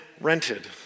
rented